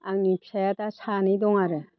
आंनि फिसाया दा सानै दं आरो